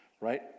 Right